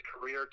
career